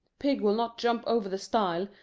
pig will not jump over the stile,